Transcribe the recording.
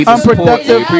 Unproductive